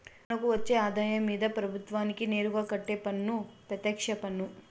మనకు వచ్చే ఆదాయం మీద ప్రభుత్వానికి నేరుగా కట్టే పన్ను పెత్యక్ష పన్ను